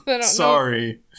Sorry